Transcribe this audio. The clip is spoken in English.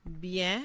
bien